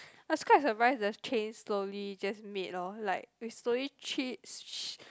I was quite surprised the change slowly just made lor like you slowly